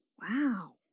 Wow